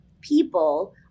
people